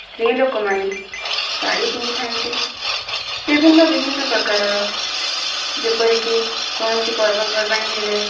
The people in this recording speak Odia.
ସ୍ତ୍ରୀ ଲୋକମାନେ ଶାଢ଼ୀ ପିନ୍ଧିଥାନ୍ତି ବିଭିନ୍ନ ବିଭିନ୍ନ ପ୍ରକାରର ଯେପରିକି କୌଣସି ପର୍ବପର୍ବାଣୀ ହେଲେ